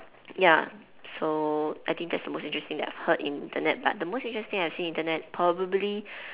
ya so I think that is the most interesting that I've heard about the Internet but the most interesting thing I seen in Internet probably